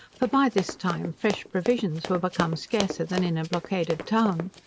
for by this time fresh provisions were become scarcer than in a blockaded town.